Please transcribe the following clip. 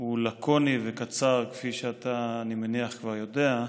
הוא לקוני וקצר, כפי שאתה, אני מניח, כבר יודע.